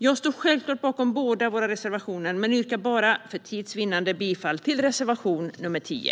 Jag står bakom båda våra reservationer men yrkar för tids vinnande bifall bara till reservation nr 10.